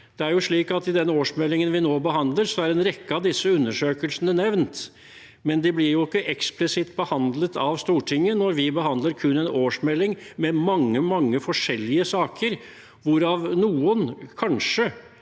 gjelder konklusjoner. I den årsmeldingen vi nå behandler, er en rekke av disse undersøkelsene nevnt, men de blir ikke eksplisitt behandlet av Stortinget når vi behandler kun en årsmelding med mange, mange forskjellige saker, hvorav noen kanskje